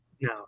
No